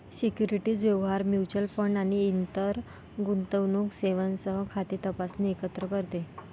securities व्यवहार, mutual fund आणि इतर गुंतवणूक सेवांसह खाते तपासणे एकत्र करते